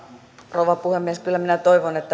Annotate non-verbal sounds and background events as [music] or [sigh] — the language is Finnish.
rouva puhemies kyllä minä toivon että [unintelligible]